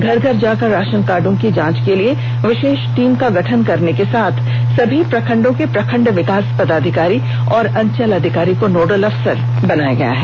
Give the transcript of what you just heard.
घर घर जाकर राशन कार्डो की जांच करने के लिए विशेष टीम का गठन करने के साथ समी प्रखंडों के प्रखंड विकास पदाधिकारी और अंचल अधिकारी को नोडल अफसर बनाया गया है